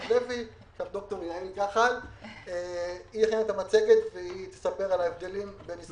היא הכינה את המצגת והיא תספר על ההבדלים בין ישראל לעולם.